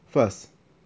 first